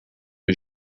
die